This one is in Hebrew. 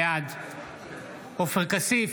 בעד עופר כסיף,